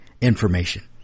information